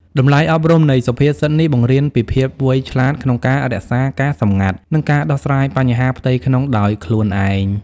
តម្លៃអប់រំនៃសុភាសិតនេះបង្រៀនពីភាពវៃឆ្លាតក្នុងការរក្សាការសម្ងាត់ និងការដោះស្រាយបញ្ហាផ្ទៃក្នុងដោយខ្លួនឯង។